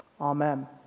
Amen